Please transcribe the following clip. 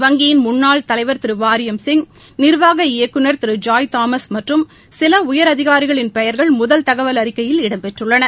வங்கியின் முன்னாள் தலைவா் திரு வாரியம் சிங் நிர்வாக இயக்குநர் திரு ஜாய் தாமஸ் மற்றும் சில உயரதிகாரிகளின் பெயர்கள் முதல் தகவல் அறிக்கையில் இடம்பெற்றுள்ளன